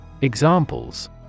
Examples